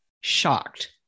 shocked